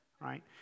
right